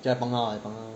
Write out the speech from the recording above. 就要帮他我就帮他 lor